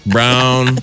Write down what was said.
Brown